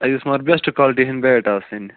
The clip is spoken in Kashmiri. اَسہِ گٔژھ مگر بیسٹ کالٹی ہِنٛدۍ بیٹ آسٕنۍ